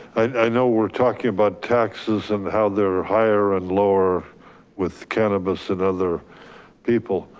i know we're talking about taxes and how they're higher and lower with cannabis and other people.